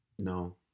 No